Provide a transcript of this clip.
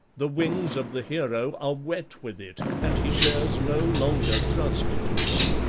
the wings of the hero are wet with it, and he dares no longer trust to them.